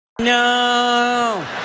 no